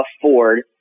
afford